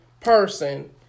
person